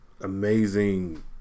amazing